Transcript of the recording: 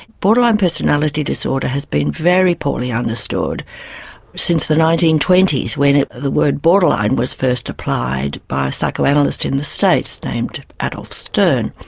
borderline personality disorder has been very poorly understood since the nineteen twenty when the word borderline was first applied by a psychoanalyst in the states named adolf stern.